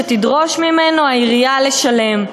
שתדרוש ממנו העירייה לשלם.